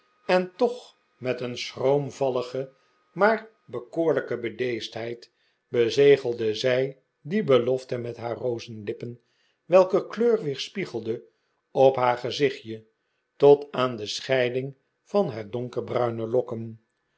en toch met een schroomvallige maar bekoorlijke bedeesdheid bezegelde zij die belofte met haar rozenlifcpen welker kleur weerspiegelde op haar gezichtje tot aan de scheiding van haar donkerbruine lokken